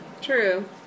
True